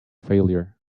failure